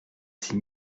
six